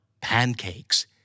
pancakes